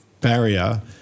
barrier